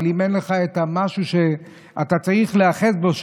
אבל אם אין לך את המשהו שאתה צריך להיאחז בו,